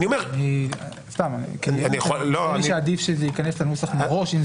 נראה לי שעדיף שזה ייכנס לנוסח מראש.